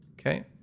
Okay